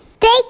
Thank